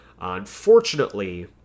Unfortunately